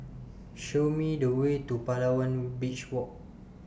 Show Me The Way to Palawan Beach Walk